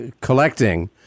collecting